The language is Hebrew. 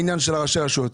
בעניין של ראשי הרשויות.